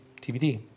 TBD